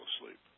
asleep